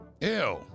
Ew